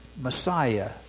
Messiah